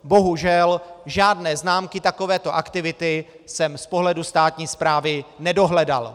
Bohužel žádné známky takovéto aktivity jsem z pohledu státní správy nedohledal.